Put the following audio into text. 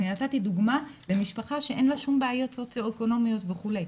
אני נתתי דוגמה למשפחה שאין לה שום בעיות סוציו-אקונומיות וכו'.